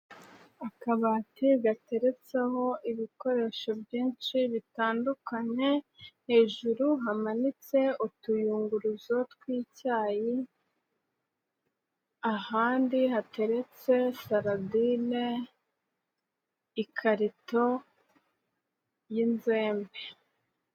Akabati gatereretseho ibikoresho byinshi bitandukanye, hejuru hamanitse utuyunguruzo tw'icyayi, ahandi hateretse saradine, ikarito y'inzembe.